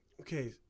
Okay